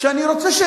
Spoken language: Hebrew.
שאני רוצה,